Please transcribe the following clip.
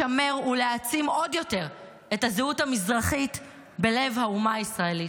לשמר ולהעצים עוד יותר את הזהות המזרחית בלב האומה הישראלית.